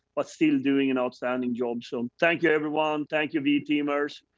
but still doing an outstanding job. so thank you, everyone, thank you v teamers!